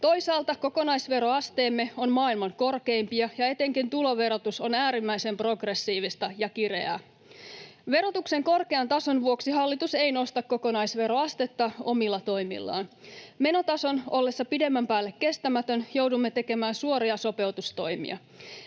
Toisaalta kokonaisveroasteemme on maailman korkeimpia, ja etenkin tuloverotus on äärimmäisen progressiivista ja kireää. Verotuksen korkean tason vuoksi hallitus ei nosta kokonaisveroastetta omilla toimillaan. Menotason ollessa pidemmän päälle kestämätön joudumme tekemään suoria sopeutustoimia.